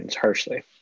harshly